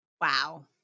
Wow